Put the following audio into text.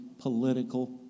political